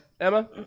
Emma